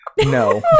No